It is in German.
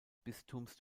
bistums